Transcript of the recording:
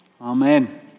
amen